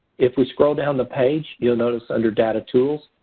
if we scroll down the page, you'll notice under data tools,